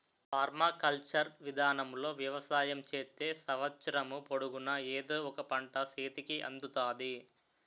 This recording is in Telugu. పర్మాకల్చర్ విధానములో వ్యవసాయం చేత్తే సంవత్సరము పొడుగునా ఎదో ఒక పంట సేతికి అందుతాది